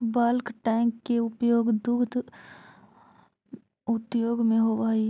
bulk tank के उपयोग दुग्ध उद्योग में होवऽ हई